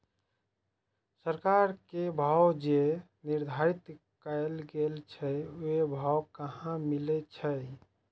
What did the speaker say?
सरकार के भाव जे निर्धारित कायल गेल छै ओ भाव कहाँ मिले छै?